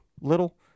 Little